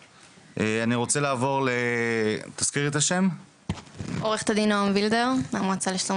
אני רוצה לעבור לעו"ד נעם וילדר, מהמועצה לשלום